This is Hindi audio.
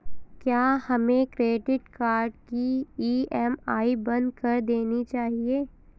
क्या हमें क्रेडिट कार्ड की ई.एम.आई बंद कर देनी चाहिए?